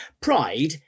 Pride